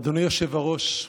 אדוני היושב-ראש,